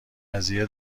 قضیه